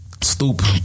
stoop